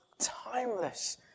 timeless